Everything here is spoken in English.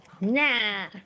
Nah